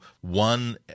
one